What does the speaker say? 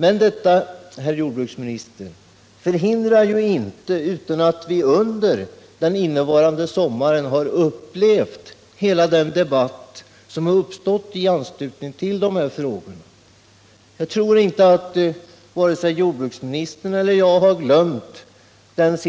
Men detta hindrar inte att vi under föregående sommar fick en omfattande debatt i dessa frågor. Jag tror inte att vare sig jordbruksministern eller jag har glömt att